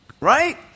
Right